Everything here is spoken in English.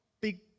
big